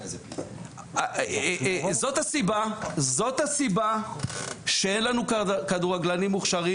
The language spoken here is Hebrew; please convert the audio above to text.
זאת הסיבה שאין לנו כדורגלנים מוכשרים